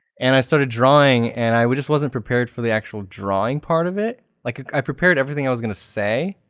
and i started drawing and i just wasn't prepared for the actual drawing part of it. like i prepared everything i was going to say,